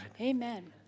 Amen